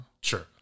Sure